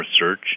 research